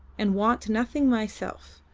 and want nothing myself.